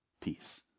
peace